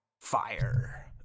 Fire